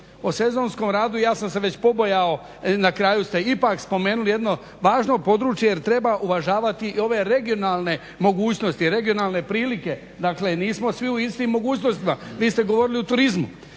o sezonskom radu. Ja sam se već pobojao, na kraju ste ipak spomenuli jedno važno područje jer treba uvažavati i ove regionalne mogućnosti, regionalne prilike. Dakle, nismo svi u istim mogućnostima. Vi ste govorili u turizmu,